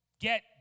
Get